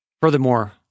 Furthermore